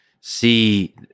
see